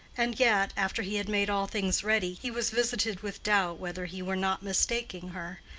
and yet, after he had made all things ready, he was visited with doubt whether he were not mistaking her,